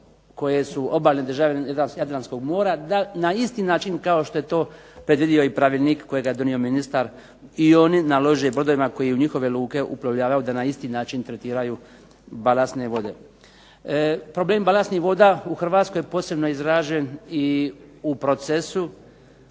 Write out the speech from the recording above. koje su obalne države jadranskog mora, da na isti način kao što je to predvidio i pravilnik kojega je donio i ministar i oni nalože brodovima koji u njihove luke uplovljavaju da na isti način tretiraju balastne vode. Problem balastnih voda u Hrvatskoj je posebno izražen i u procesu